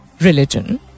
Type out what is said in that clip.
religion